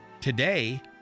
Today